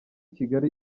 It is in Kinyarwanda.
kigali